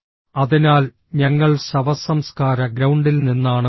അതിനാൽ ഞങ്ങൾ ശവസംസ്കാര ഗ്രൌണ്ടിൽ നിന്നാണ് വരുന്നത്